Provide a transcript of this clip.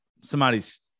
somebody's